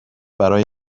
برای